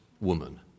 woman